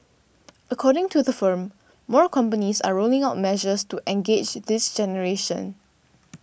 according to the firm more companies are rolling out measures to engage this generation